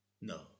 No